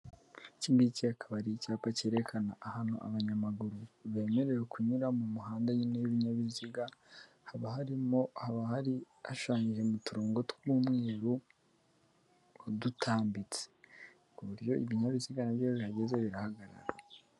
Iki ngiki akaba ari icyapa cyerekana ahantu abanyamaguru bemerewe kunyura mu muhanda nyine w'ibinyabiziga, haba hashushanyije mu turongo tw'umweru, dutambitse ku buryo ibinyabiziga na byo iyo bihageze birahagarara.